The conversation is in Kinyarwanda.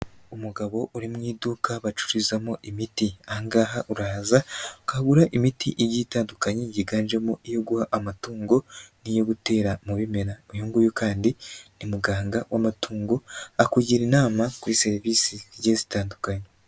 Umugabo uri mu iduka bacururizamo imiti, aha ngaha uraza ukahagura imiti igiye itandukanye yiganjemo iyo guha amatungo n'iyo gutera mu bimera, uyu nguyu kandi ni muganga w'amatungo akugira inama kuri serivisi zigiye zitandukanye.